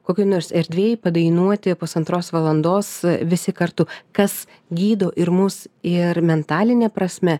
kokioj nors erdvėj padainuoti pusantros valandos visi kartu kas gydo ir mus ir mentaline prasme